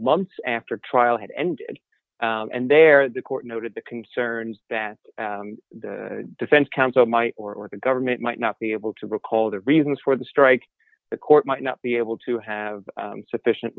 lumps after trial had ended and there the court noted the concerns that the defense counsel might or the government might not be able to recall the reasons for the strike the court might not be able to have sufficient